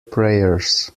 prayers